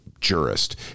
jurist